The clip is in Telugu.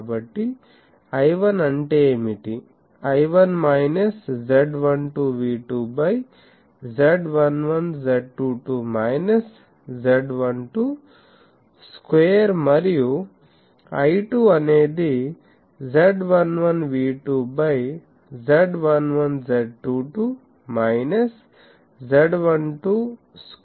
కాబట్టి I1 అంటే ఏమిటి I1 minus Z12V2 by Z11 Z22 minus Z12 square మరియు I2 అనేది Z11 V2 by Z11 Z22 minus Z12 square కు సమానం